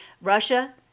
Russia